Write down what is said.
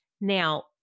Now